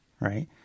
right